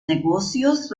negocios